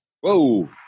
Whoa